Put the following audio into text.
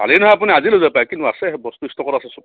কালি নহয় আপুনি আজি লৈ যাব পাৰে কিন্তু আছে বস্তু ষ্টকত আছে চব